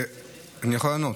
אני יכול לענות.